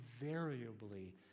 invariably